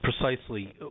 Precisely